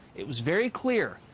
it was very clear.